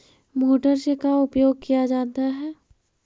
Motor से का उपयोग क्या जाता है?